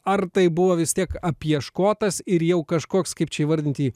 ar tai buvo vis tiek apieškotas ir jau kažkoks kaip čia įvardinti jį